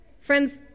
Friends